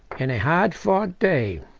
in a hard-fought day,